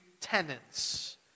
tenants